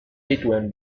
dituen